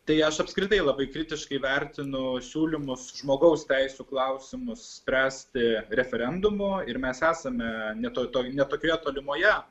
tai aš apskritai labai kritiškai vertino siūlymus žmogaus teisių klausimus spręsti referendumu ir mes esame ne toj toj ne tokioje tolimoje